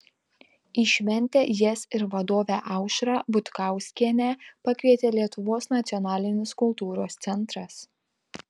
į šventę jas ir vadovę aušrą butkauskienę pakvietė lietuvos nacionalinis kultūros centras